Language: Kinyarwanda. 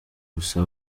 gusa